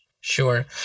Sure